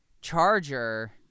charger